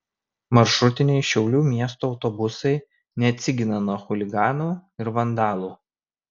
maršrutiniai šiaulių miesto autobusai neatsigina nuo chuliganų ir vandalų